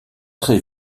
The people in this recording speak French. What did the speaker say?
très